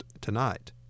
tonight